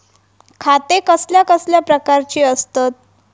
खाते कसल्या कसल्या प्रकारची असतत?